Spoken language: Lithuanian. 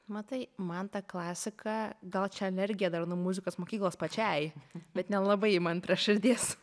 matai man ta klasika gal čia alergija dar nuo muzikos mokyklos pačiai bet nelabai man prie širdies